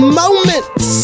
moments